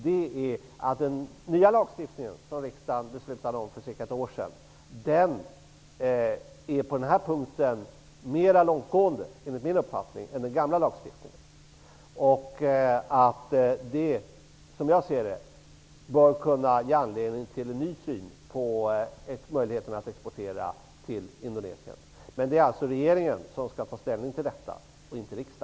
Den nya lagstiftning som riksdagen beslutade om för cirka ett år sedan är på denna punkt enligt min uppfattning mer långtgående än den gamla lagstiftningen. Det bör som jag ser det kunna ge anledning till en ny syn på möjligheterna att exportera till Indonesien. Men det är alltså regeringen och inte riksdagen som skall ta ställning till detta.